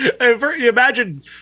Imagine